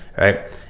right